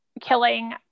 killing